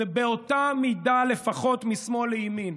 זה באותה מידה לפחות משמאל לימין,